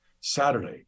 Saturday